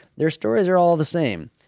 their stories are all the same.